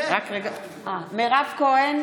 מירב כהן,